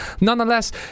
Nonetheless